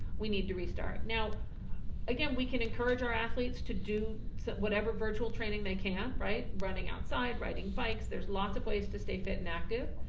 we need to restart. now again, we can encourage our athletes to do so whatever virtual training they can, right? running outside, riding bikes, there's lots of ways to stay fit and active.